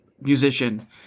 musician